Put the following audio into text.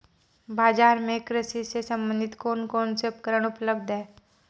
बाजार में कृषि से संबंधित कौन कौन से उपकरण उपलब्ध है?